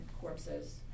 corpses